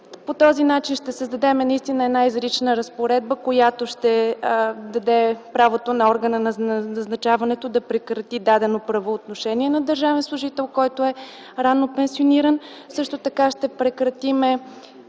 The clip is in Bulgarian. По този начин ще създадем наистина една изрична разпоредба, която ще даде правото на органа на назначаването да прекрати дадено правоотношение на държавен служител, който е ранно пенсиониран. Също така ще прекратим